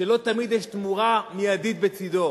שלא תמיד יש תמורה מיידית בצדו.